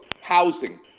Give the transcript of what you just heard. housing